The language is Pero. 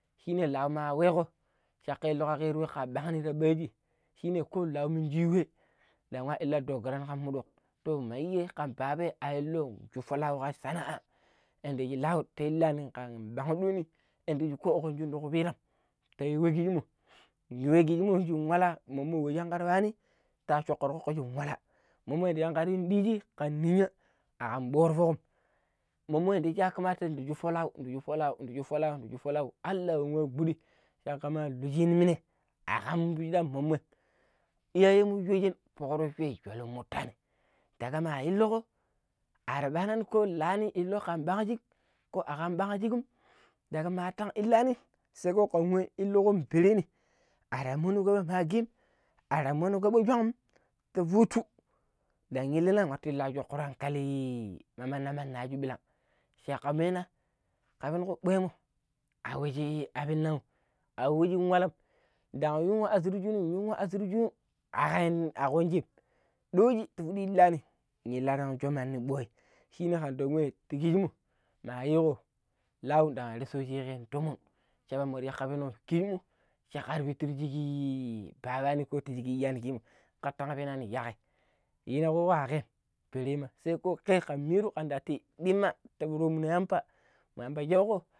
﻿shine lau ma jego chaka churuwainu kan marni ka meiji shine ko Lau mini yu we nda nwa Lu dogara kan mu dok tu malyyei kan babain illo shuppo lauwi ka we sanaa yadda shi lau ta illani ɓarigh ɗoonim yadda ko akan shunu ti kuViram ta yu we kijimmo yu we kijimmo shin wala mommo we shin kar yuani ta shokko yi kokko shin wala, mommo shinkar yun diiji kan ninya akan kpo̱ro̱ fok mommo ko shir shuppo lau shuppolau ndi shuppo lan, ndi shuppo lau Allah yinua gɓuɗi wu kama lu shini minai akan piɗa moimoi iyaye mu shooje fok rocce poron muttaani ma inluko ar ɓanaani ko Laani inluko kan ɓangh shik ko akan ɓangh shik daga matan inlaani sai ko kanwai inlukon pereeni ari muri wu magim ari muri kobe shom ta futu ndan inlina na watun laju wuran hankali ndan ma manaaju ɓilang cakka mene a nwegoɓwemo awushi abinan awwushi wallam ndan yung shuper yun shuper akam, a kujin ɗooji tarang inlaani inlatang sho̱o̱ mandi ɓwoi shine kama weko̱ ta kijimmo ma yiiko lau ndan risuchi tumun kpaana ɓorighi cakka makar penuko kijimmo cakkar pittu ti shi tattani ko iyaani kijimmo katanbaina yagai iyugina aƙem belema sai ko ke kan miiru kan nda yii ɗii mma ta tom no̱ yamba mu yamba shauko.